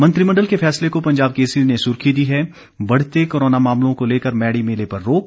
मंत्रिमंडल के फैसले को पंजाब केसरी ने सुर्खी दी है बढ़ते कोरोना मामलों को लेकर मैड़ी मेले पर रोक